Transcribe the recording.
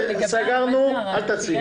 אל תציעי.